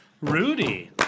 Rudy